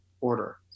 order